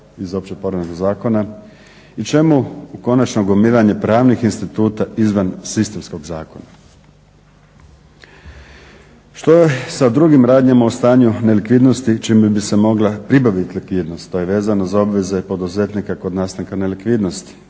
iz Općeg poreznog zakona i čemu konačno gomilanje pravnih instituta izvan sistemskog zakona. Što je sa drugim radnjama u stanju nelikvidnosti čime bi se mogla pribavit likvidnost. To je vezano za obveze poduzetnika kod nas … likvidnosti,